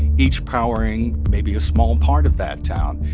each powering maybe a small part of that town.